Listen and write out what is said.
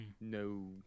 No